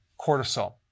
cortisol